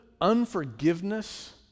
unforgiveness